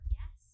yes